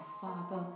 Father